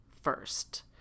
first